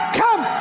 come